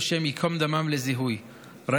מקום שבו מביאים לזיהוי את הקדושים,